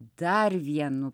dar vienu